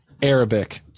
arabic